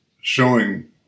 showing